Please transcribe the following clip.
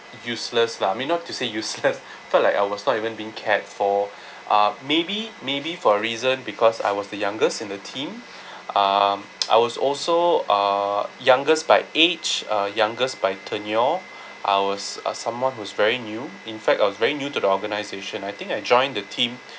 useless lah I mean not to say useless felt like I was not even being cared for uh maybe maybe for a reason because I was the youngest in the team um I was also uh youngest by age uh youngest by tenure I was uh someone who's very new in fact I was very new to the organisation I think I joined the team